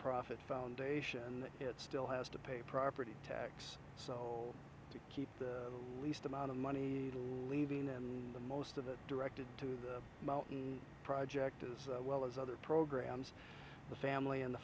profit foundation it still has to pay property tax so to keep the least amount of money leaving in the most of it directed to the mountain project as well as other programs the family in the